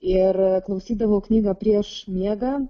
ir klausydavau knygą prieš miegą